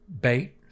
bait